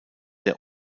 der